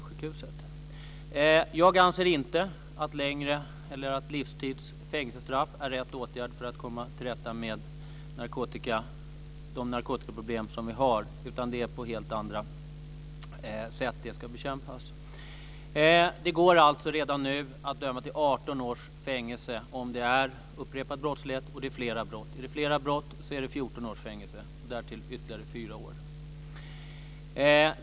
Jag anser inte att längre eller livstids fängelsestraff är rätt åtgärd för att komma till rätta med de narkotikaproblem som finns, utan det är på helt andra sätt som de ska bekämpas. Det går redan nu att döma till 18 års fängelse om det gäller upprepad brottslighet och flera brott. Vid flera brott gäller 14 års fängelse, och därtill ytterligare fyra år.